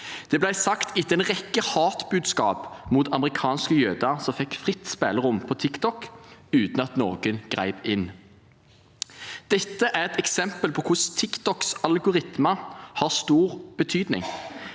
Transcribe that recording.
Det ble sagt etter en rekke hatbudskap mot amerikanske jøder – budskap som fikk fritt spillerom på TikTok uten at noen grep inn. Dette er et eksempel på hvordan TikToks algoritmer har stor betydning.